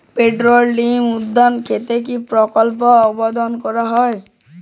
Poultry ডিম উৎপাদনের ক্ষেত্রে কি পক্রিয়া অবলম্বন করতে হয়?